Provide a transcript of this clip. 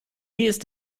ist